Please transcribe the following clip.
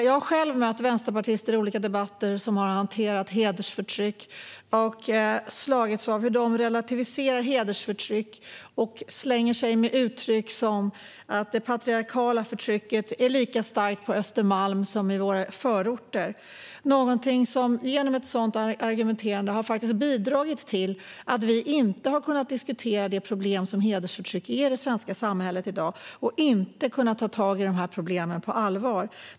Jag har själv i olika debatter mött vänsterpartister som har relativiserat hedersförtryck och slängt sig med uttryck som "det patriarkala förtrycket är lika starkt på Östermalm som i förorterna". Sådan argumentation har bidragit till att vi inte har kunnat diskutera det problem som hedersförtryck faktiskt är i det svenska samhället i dag. Vi har inte kunnat ta tag i problemen på allvar.